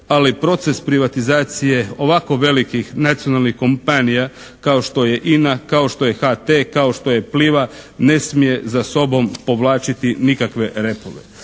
ali proces privatizacije ovako velikih nacionalnih kompanija kao što je INA, kao što je HT, kao što je Pliva ne smije za sobom povlačiti nikakve repove.